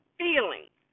feelings